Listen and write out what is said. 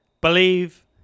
believe